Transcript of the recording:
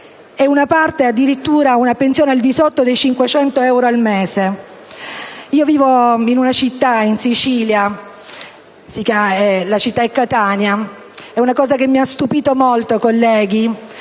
e una parte addirittura una pensione al di sotto dei 500 euro al mese. Io vivo in una città della Sicilia, Catania. Ebbene, è una cosa che mi ha stupito molto, colleghi,